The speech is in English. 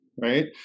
right